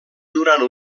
durant